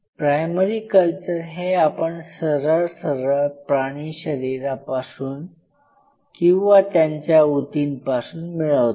primary culture हे आपण सरळ सरळ प्राणी शरीरापासून किंवा त्यांच्या उतींपासून मिळवतो